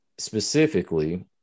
specifically